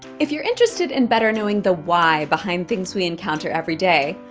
if you're interested in better knowing the why behind things we encounter every day,